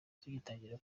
tugitangira